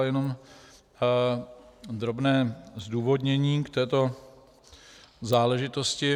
Jenom drobné zdůvodnění k této záležitosti.